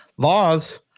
Laws